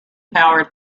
powered